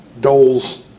Dole's